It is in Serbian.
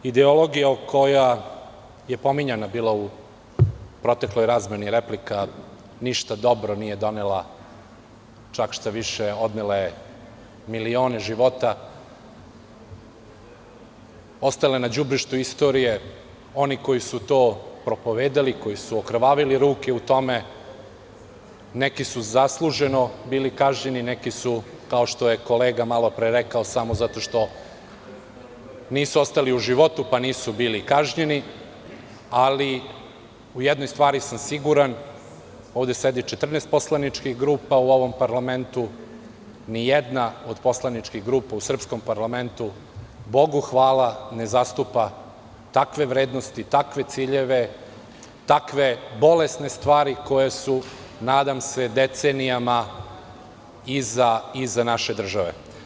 Ideologija koja je pominjana bila u protekloj razmeni replika, ništa dobro nije donela, čak šta više, odnela je milione života, ostala je na đubrištu istorije, oni koji su to propovedali, koji su okrvavili ruke u tome, neki su zasluženo bili kažnjeni, neki su kao što je kolega malo pre rekao, samo zato što nisu ostali u životu pa nisu bili kažnjeni, ali u jednoj stvari sam siguran, ovde sedi 14 poslaničkih grupa u ovom parlamentu, ni jedna od poslaničkih grupa u srpskom parlamentu, Bogu hvala ne zastupa takve vrednosti, takve ciljeve, takve bolesne stvari koje su, nadam se decenijama iza naše države.